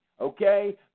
Okay